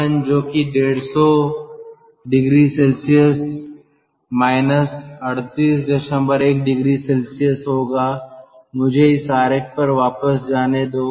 ∆T1 जो कि 150oC 381oC होगा मुझे इस आरेख पर वापस जाने दो